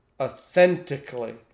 authentically